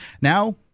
now